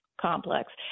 complex